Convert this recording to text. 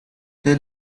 the